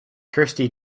kirsty